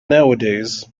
nowadays